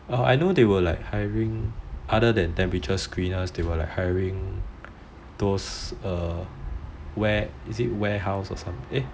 oh I know they were like hiring other than temperature screeners they were like hiring those err ware~ is it ware~ warehouse or something